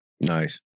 Nice